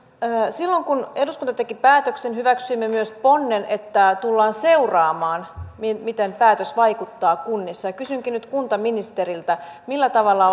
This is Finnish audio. silloin kun eduskunta teki päätöksen hyväksyimme myös ponnen että tullaan seuraamaan miten päätös vaikuttaa kunnissa ja kysynkin nyt kuntaministeriltä millä tavalla